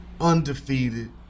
undefeated